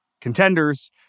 contenders